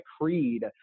creed